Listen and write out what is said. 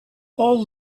all